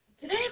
Today